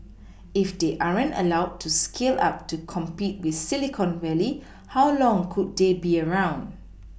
if they aren't allowed to scale up to compete with Silicon Valley how long could they be around